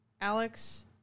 Alex